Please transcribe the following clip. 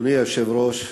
אדוני היושב-ראש,